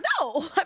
No